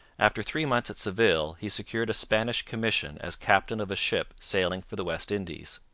after three months at seville he secured a spanish commission as captain of a ship sailing for the west indies.